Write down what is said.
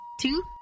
Two